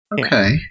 Okay